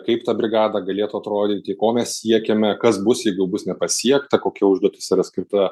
kaip ta brigada galėtų atrodyti ko mes siekiame kas bus jeigu bus nepasiekta kokia užduotis yra skirta